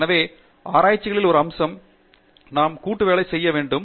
எனவே ஆராய்ச்சிகளில் ஒரு அம்சம் நாம் தொட்டது கூட்டுவேலை செய்ய வேண்டும்